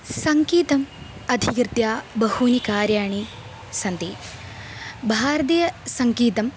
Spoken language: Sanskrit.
सङ्गीतम् अधिकृत्य बहूनि कार्याणि सन्ति भारतीयसङ्गीतं